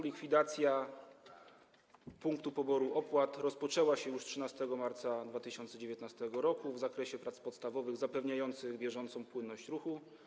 Likwidacja punktu poboru opłat rozpoczęła się już 13 marca 2019 r. w zakresie prac podstawowych zapewniających bieżącą płynność ruchu.